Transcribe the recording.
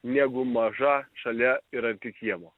negu maža šalia ir arti kiemo